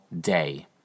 day